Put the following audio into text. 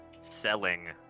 Selling